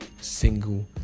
single